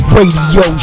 Radio